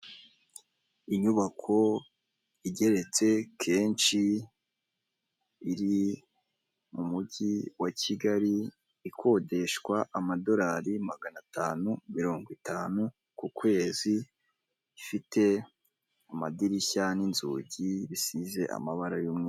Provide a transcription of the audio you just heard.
Inyubako igeretse kenshi iri mu mujyi wa Kigali ikodeshwa amadoralari magana atanu mirongo itanu ku kwezi, ifite amadirishya n'inzugi bisize amabara y'umweru.